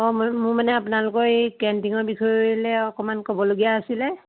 অ মই মোৰ মানে আপোনালোকৰ এই কেণ্টিঙৰ বিষয়লৈ অকণমান ক'বলগীয়া আছিলে